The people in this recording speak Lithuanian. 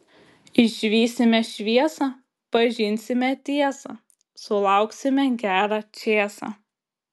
išvysime šviesą pažinsime tiesą sulauksime gerą čėsą